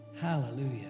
Hallelujah